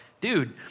dude